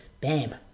Bam